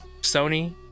Sony